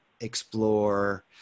explore